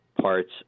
parts